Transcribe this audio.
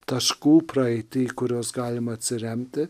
taškų praeityje kurios galima atsiremti